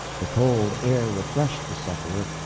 the cold air refreshed the sufferer,